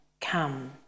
come